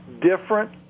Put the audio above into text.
different